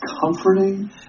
comforting